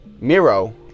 Miro